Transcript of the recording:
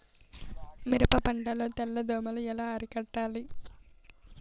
మిరప పంట లో తెల్ల దోమలు ఎలా అరికట్టాలి?